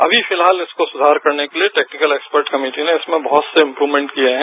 अभी फिलहाल इसको सुद्धार करने के लिए टेक्निकल एक्सपर्ट कमेटी ने इसमें बहुत से इम्यूक्मेट किए हैं